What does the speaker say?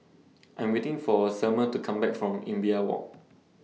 I'm waiting For Selmer to Come Back from Imbiah Walk